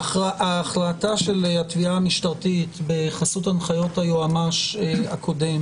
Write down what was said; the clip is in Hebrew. החלטה של התביעה המשטרתית בחסות הנחיות היועמ"ש הקודם